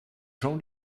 jean